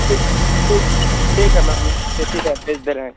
ठीक ठीक ठीक है मैम जी ठीक है भेज दे रहे हैं